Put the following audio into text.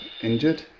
injured